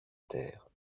terre